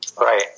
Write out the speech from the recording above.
Right